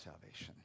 salvation